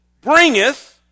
bringeth